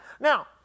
Now